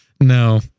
no